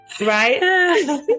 Right